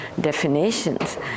definitions